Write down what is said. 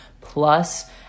plus